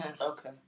Okay